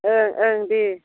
ओं ओं दे